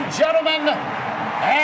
gentlemen